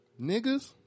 Niggas